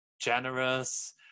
generous